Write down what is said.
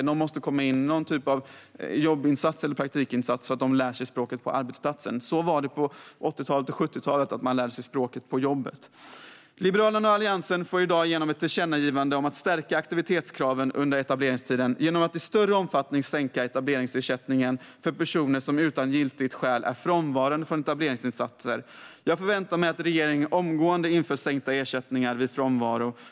De måste komma in i någon typ av jobbinsats eller praktikinsats så att de lär sig språket på arbetsplatsen. Så var det på 70-talet och 80-talet; man lärde sig språket på jobbet. Liberalerna och Alliansen får i dag igenom ett tillkännagivande om att stärka aktivitetskraven under etableringstiden genom att i större omfattning sänka etableringsersättningen för personer som utan giltigt skäl är frånvarande från etableringsinsatser. Jag förväntar mig att regeringen omgående inför sänkta ersättningar vid frånvaro.